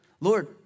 Lord